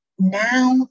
Now